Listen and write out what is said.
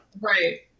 Right